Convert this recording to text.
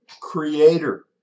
creator